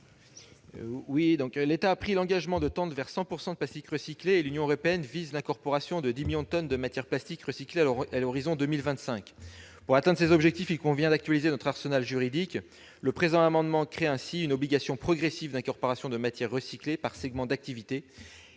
L'État a pris l'engagement de tendre vers 100 % de plastique recyclé et l'Union européenne vise l'incorporation de 10 millions de tonnes de matières plastiques recyclées à l'horizon 2025. Pour atteindre ces objectifs, il convient d'actualiser notre arsenal juridique. Le présent amendement crée ainsi une obligation d'incorporation progressive de matières premières recyclées par segment d'activité